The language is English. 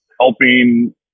helping